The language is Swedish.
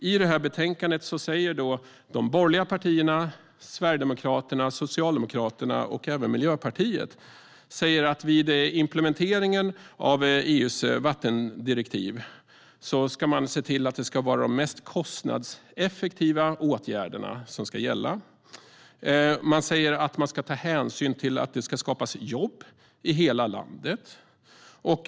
I betänkandet säger de borgerliga partierna, Sverigedemokraterna, Socialdemokraterna och även Miljöpartiet att vid implementeringen av EU:s vattendirektiv ska man se till att det är de mest kostnadseffektiva åtgärderna som ska gälla. De säger att man ska ta hänsyn till att det ska skapas jobb i hela landet.